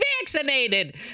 vaccinated